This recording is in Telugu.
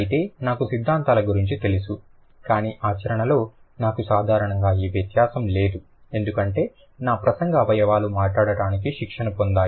అయితే నాకు సిద్ధాంతాల గురించి తెలుసు కానీ ఆచరణలో నాకు సాధారణంగా ఈ వ్యత్యాసం లేదు ఎందుకంటే నా ప్రసంగ అవయవాలు మాట్లాడటానికి శిక్షణ పొందాయి